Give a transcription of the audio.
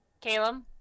Caleb